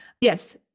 Yes